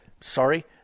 Sorry